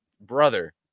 brother